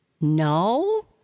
No